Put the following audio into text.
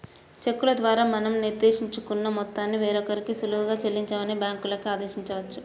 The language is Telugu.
చెక్కుల ద్వారా మనం నిర్దేశించుకున్న మొత్తాన్ని వేరొకరికి సులువుగా చెల్లించమని బ్యాంకులకి ఆదేశించవచ్చు